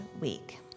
week